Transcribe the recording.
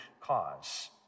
cause